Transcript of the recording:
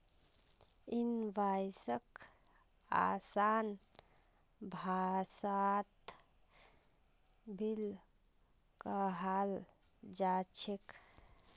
इनवॉइसक आसान भाषात बिल कहाल जा छेक